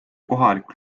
kohalik